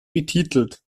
betitelt